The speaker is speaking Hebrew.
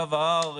גב ההר,